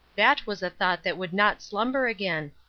that was a thought that would not slumber again.